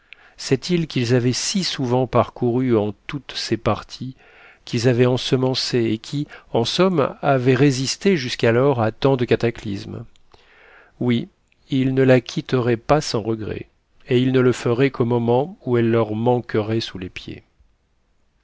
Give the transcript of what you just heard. cette île qu'ils avaient si souvent parcourue en toutes ses parties qu'ils avaient ensemencée et qui en somme avait résisté jusqu'alors à tant de cataclysmes oui ils ne la quitteraient pas sans regret et ils ne le feraient qu'au moment où elle leur manquerait sous les pieds